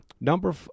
number